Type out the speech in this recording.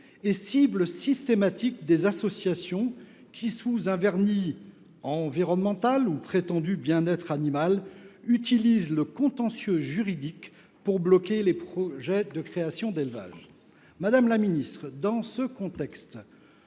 la cible systématique d’associations qui, sous un vernis de défense de l’environnement ou, prétendument, du bien être animal, utilisent le contentieux juridique pour bloquer les projets de créations d’élevage. Madame la ministre, dans ce contexte,